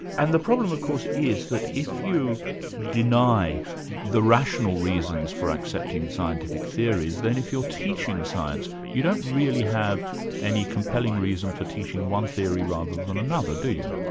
and the problem of course is that, if you deny the rational reasons for accepting scientific theories, then if you're teaching science you don't really have any compelling reason for teaching one theory rather than another, do you?